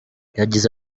yagize